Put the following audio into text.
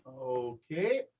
Okay